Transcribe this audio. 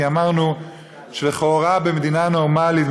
כי אמרנו שלכאורה במדינה נורמלית,